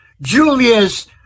Julius